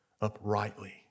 uprightly